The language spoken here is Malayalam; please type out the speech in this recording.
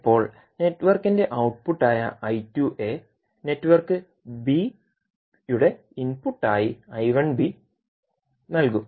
ഇപ്പോൾ നെറ്റ്വർക്കിന്റെ ഔട്ട്പുട്ടായ നെറ്റ്വർക്ക് b യുടെ ഇൻപുട്ടായി നൽകും